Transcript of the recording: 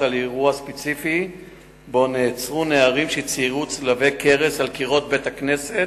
דווח על מעצר נערים שציירו צלבי קרס על קירות בית-כנסת.